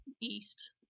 east